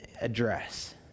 address